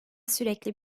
sürekli